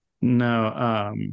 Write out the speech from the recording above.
no